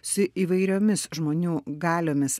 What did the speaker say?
su įvairiomis žmonių galiomis